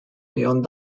beyond